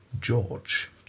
George